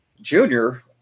junior